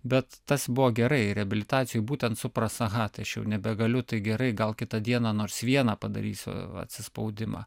bet tas buvo gerai reabilitacijoj būtent supras aha tai aš jau nebegaliu tai gerai gal kitą dieną nors vieną padarysiu atsispaudimą